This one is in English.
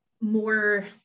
more